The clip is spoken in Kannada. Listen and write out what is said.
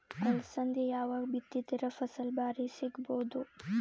ಅಲಸಂದಿ ಯಾವಾಗ ಬಿತ್ತಿದರ ಫಸಲ ಭಾರಿ ಸಿಗಭೂದು?